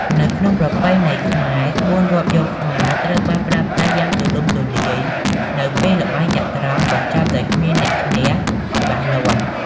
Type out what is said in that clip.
នៅក្នុងប្រពៃណីខ្មែរ ក្បួនរាប់យកស្មើត្រូវបានប្រើប្រាស់យ៉ាងទូលំទូលាយនៅពេលល្បែងចត្រង្គបញ្ចប់ដោយគ្មានអ្នកឈ្នះច្បាស់លាស់។